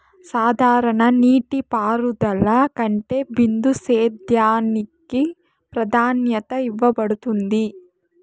సాధారణ నీటిపారుదల కంటే బిందు సేద్యానికి ప్రాధాన్యత ఇవ్వబడుతుంది